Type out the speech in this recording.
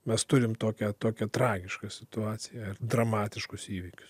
mes turime tokią tokią tragišką situaciją dramatiškus įvykius